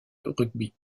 rugby